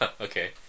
Okay